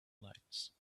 lights